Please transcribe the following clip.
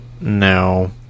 No